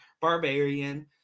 barbarian